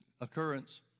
occurrence